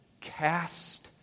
Cast